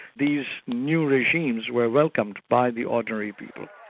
these new regimes were welcomed by the ordinary people.